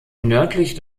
nördlich